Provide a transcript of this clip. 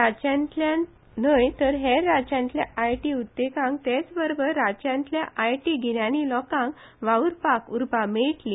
राज्यांतल्यान न्हय तर हेर राज्यांतल्या आयटी कंपनींक तेच बाराबर राज्यांतल्या आयटी गिन्यांनी लोकांक वाव्रपाक उर्बा मेळटली